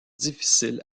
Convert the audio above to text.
difficiles